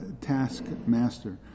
taskmaster